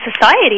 society